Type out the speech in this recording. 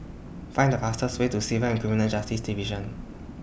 Find The fastest Way to Civil and Criminal Justice Division